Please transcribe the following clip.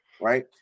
right